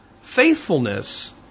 faithfulness